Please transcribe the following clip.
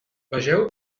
vegeu